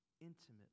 intimately